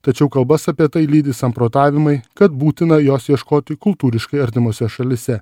tačiau kalbas apie tai lydi samprotavimai kad būtina jos ieškoti kultūriškai artimose šalyse